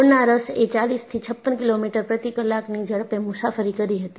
ગોળના રસ એ 40 થી 56 કિલોમીટર પ્રતિ કલાકની ઝડપે મુસાફરી કરી હતી